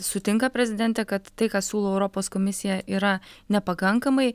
sutinka prezidentė kad tai ką siūlo europos komisija yra nepakankamai